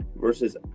versus